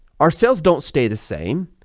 our sales don't stay the same,